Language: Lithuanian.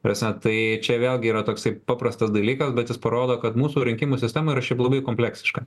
ta prasme tai čia vėlgi yra toksai paprastas dalykas bet jis parodo kad mūsų rinkimų sistema yra šiaip labai kompleksiška